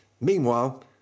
Meanwhile